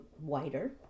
wider